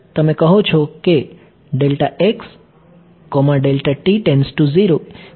તમે કહો છો કે જ્યારે મને સાચુ સોલ્યુશન મળશે